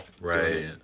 Right